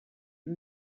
you